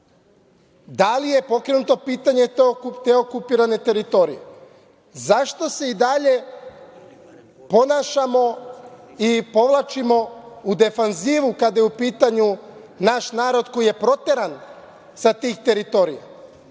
Da li je pokrenuto pitanje te okupirane teritorije? Zašto se i dalje ponašamo i povlačimo u defanzivu kada je u pitanju naš narod koji je proteran sa tih teritorija,